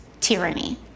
tyranny